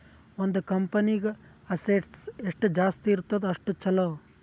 ಒಂದ್ ಕಂಪನಿಗ್ ಅಸೆಟ್ಸ್ ಎಷ್ಟ ಜಾಸ್ತಿ ಇರ್ತುದ್ ಅಷ್ಟ ಛಲೋ